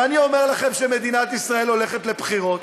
ואני אומר לכם שמדינת ישראל הולכת לבחירות,